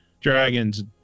dragons